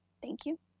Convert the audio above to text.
thank you.